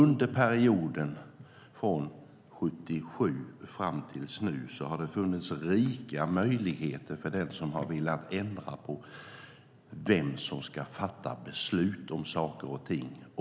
Från 1977 fram till nu har det funnits rika möjligheter för den som har velat ändra på vem som ska fatta beslut om saker och ting.